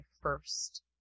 first